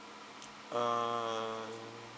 err